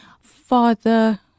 Father